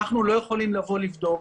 שהם לא יכולים לבוא לבודק,